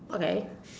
okay